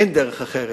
אין דרך אחרת.